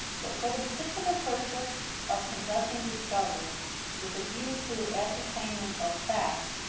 but for the particular purpose of conducting discovery with a view to ascertainment of fact,